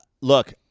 Look